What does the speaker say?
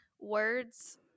words